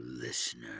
Listener